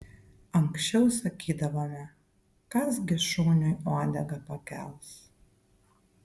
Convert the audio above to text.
anksčiau sakydavome kas gi šuniui uodegą pakels